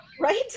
Right